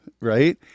Right